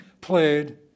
played